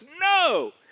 No